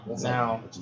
Now